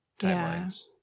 timelines